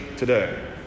Today